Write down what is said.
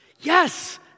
Yes